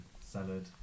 Salad